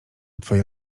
twoje